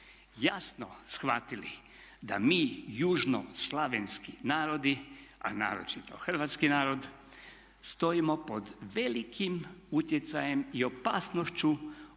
jasno shvatili da mi južnoslavenski narodi, a naročito Hrvatski narod stojimo pod velikim utjecajem i opasnošću